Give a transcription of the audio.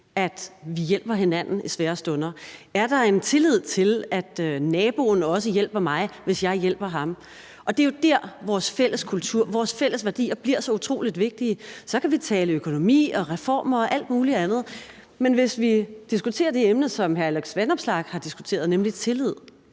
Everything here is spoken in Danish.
at vi hjælper hinanden i svære stunder; om der er en tillid til, at naboen også hjælper mig, hvis jeg hjælper ham. Det er jo der, vores fælles kultur og vores fælles værdier bliver så utrolig vigtige. Så kan vi tale økonomi, reformer og alt muligt andet, men hvis vi diskuterer de emner, som hr. Alex Vanopslagh har diskuteret, nemlig tillid,